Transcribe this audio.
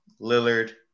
Lillard